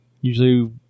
usually